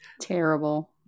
terrible